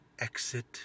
exit